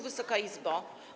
Wysoka Izbo!